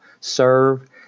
serve